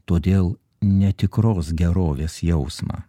todėl netikros gerovės jausmą